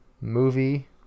movie